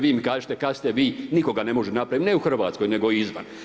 Vi mi kažite kad ste vi, nitko ga ne može napraviti, ne u Hrvatskoj nego i izvan.